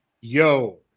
Yo